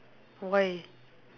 why